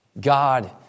God